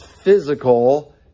physical